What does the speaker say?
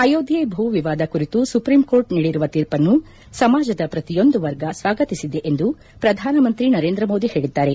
ಅಯೋಧ್ವೆ ಭೂ ವಿವಾದ ಕುರಿತು ಸುಪ್ರೀಂ ಕೋರ್ಟ್ ನೀಡಿರುವ ತೀರ್ಪನ್ನು ಸಮಾಜದ ಪ್ರತಿಯೊಂದು ವರ್ಗ ಸ್ವಾಗತಿಸಿದೆ ಎಂದು ಪ್ರಧಾನಮಂತ್ರಿ ನರೇಂದ್ರ ಮೋದಿ ಹೇಳಿದ್ದಾರೆ